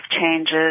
changes